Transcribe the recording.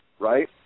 right